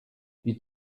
die